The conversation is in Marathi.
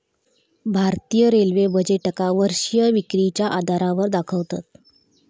भारतीय रेल्वे बजेटका वर्षीय विक्रीच्या आधारावर दाखवतत